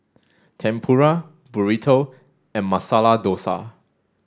Tempura Burrito and Masala Dosa